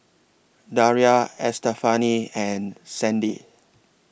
Daria Estefani and Sandy